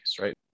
right